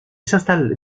s’installe